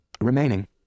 Remaining